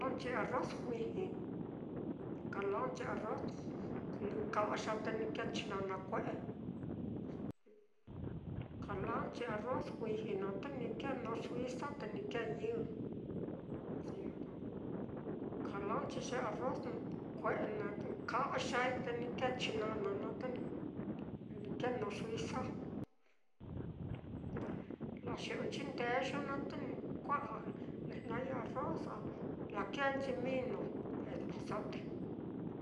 Kala'anchi arroz juiji, kala'nchi arroz ni-ni ka'ya te ni kēē chinana kue'e, kala'anchi arroz juiji naá, te ni kēē knorr zuiza, te ni kēē ñɨ, kala'anchi ye arroz n kue'e n ka'yai te ni kēē chinana naá, te-te ni kēē knorr zuiza, la xi'onchi ndeyu naá, te ni kua'a ne'e jna'a i'i arroz á, lakēēnchi mino epazote.